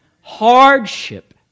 Hardship